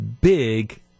Big